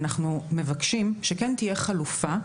אנחנו מבקשים שכן תהיה חלופה.